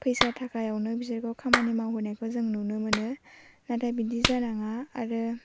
फैसा थाखायावनो बिसोरखौ खामानि मावहोनायखौ जों नुनो मोनो नाथाय बिदि जानाङा आरो